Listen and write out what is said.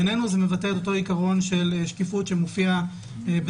בעינינו זה מבטל אותו עיקרון של שקיפות שמופיע בצורה